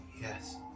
Yes